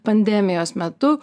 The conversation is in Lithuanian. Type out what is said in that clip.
pandemijos metu